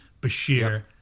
Bashir